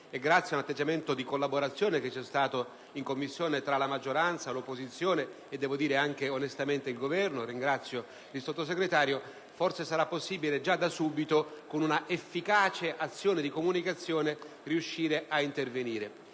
G100 e ad un atteggiamento di collaborazione che vi è stato in Commissione tra la maggioranza, l'opposizione e anche, onestamente, il Governo (a tale riguardo ringrazio il Sottosegretario), sarà forse possibile già da subito, con una efficace azione di comunicazione, riuscire ad intervenire.